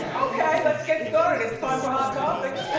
okay let's get started. it's time for hot topics.